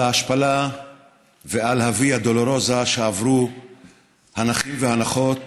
ההשפלה ועל הוויה דולורוזה שעברו הנכים והנכות